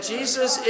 Jesus